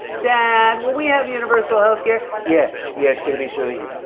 dad, will we have universal healthcare? yeah, yeah it's going to be so easy,